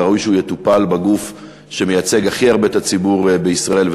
וראוי שהוא יטופל בגוף שהכי מייצג את הציבור בישראל,